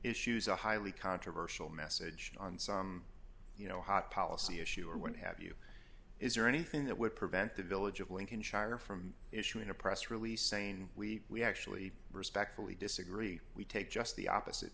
issues a highly controversial message on some you know hot policy issue or what have you is there anything that would prevent the village of lincoln shire from issuing a press release saying we we actually respectfully disagree we take just the opposite